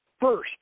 First